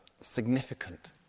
significant